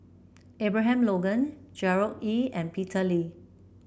Abraham Logan Gerard Ee and Peter Lee